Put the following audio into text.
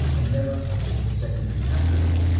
and never with his secondary patronymic,